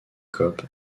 coop